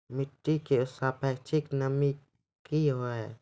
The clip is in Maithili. मिटी की सापेक्षिक नमी कया हैं?